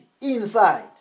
inside